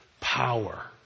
power